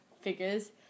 figures